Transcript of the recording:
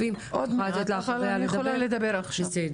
הרבה יותר קל להודות בבחירה בחיים בשוליים מאשר להודות שאני